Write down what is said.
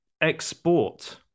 export